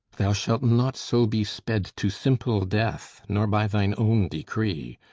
thou shalt not so be sped to simple death, nor by thine own decree.